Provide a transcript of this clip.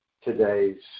today's